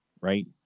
right